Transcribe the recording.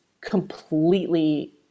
completely